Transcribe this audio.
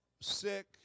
sick